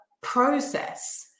process